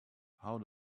how